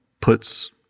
puts